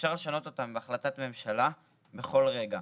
אפשר לשנות אותם בהחלטת ממשלה בכל רגע,